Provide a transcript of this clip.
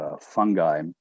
fungi